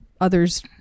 others